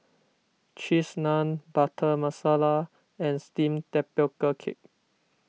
Cheese Naan Butter Masala and Steamed Tapioca Cake